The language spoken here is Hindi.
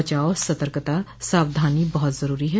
बचाव सकर्तता सावधानी बहुत जरूरी है